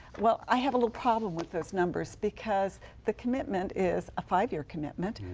well, i have a little problem with those numbers. because the commitment is a five-year commitment.